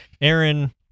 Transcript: Aaron